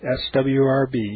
swrb